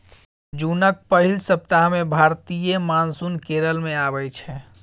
जुनक पहिल सप्ताह मे भारतीय मानसून केरल मे अबै छै